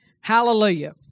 Hallelujah